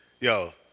Yo